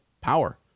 power